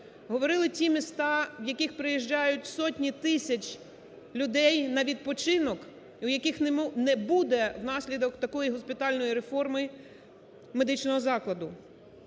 Говорили ті міста, в які приїжджають сотні тисяч людей на відпочинок, і в яких не буде внаслідок такої госпітальної реформи медичного закладу.